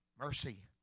Mercy